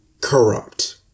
corrupt